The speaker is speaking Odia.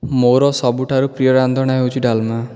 ମୋର ସବୁଠାରୁ ପ୍ରିୟ ରାନ୍ଧଣା ହେଉଛି ଡାଲମା